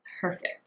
perfect